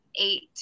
eight